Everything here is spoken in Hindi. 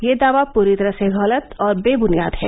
ये दावा पूरी तरह से गलत और बेबुनियाद है